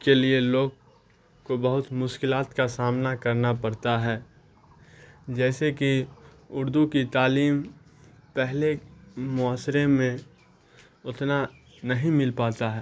کے لیے لوگ کو بہت مشکلات کا سامنا کرنا پڑتا ہے جیسے کہ اردو کی تعلیم پہلے معاشرے میں اتنا نہیں مل پاتا ہے